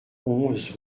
onze